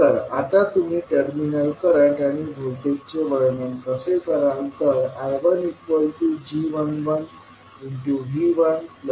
तर आता तुम्ही टर्मिनल करंट आणि व्होल्टेजचे वर्णन कसे कराल